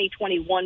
2021